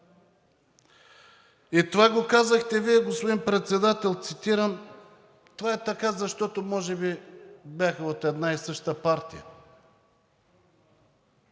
И това го казахте Вие, господин Председател, цитирам: „Това е така, защото може би бяха от една и съща партия.“